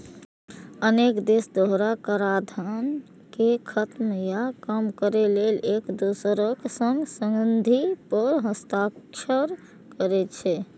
अनेक देश दोहरा कराधान कें खत्म या कम करै लेल एक दोसरक संग संधि पर हस्ताक्षर करै छै